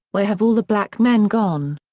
where have all the black men gone,